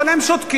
אבל הם שותקים,